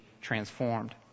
transformed